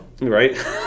Right